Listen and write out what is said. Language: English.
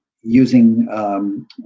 using